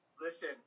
listen